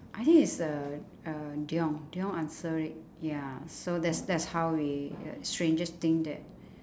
I think it's uh uh dion dion answered it ya so that's that's how we uh strangest thing that